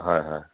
হয় হয়